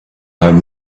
home